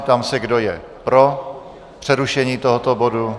Ptám se, kdo je pro přerušení tohoto bodu.